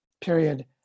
period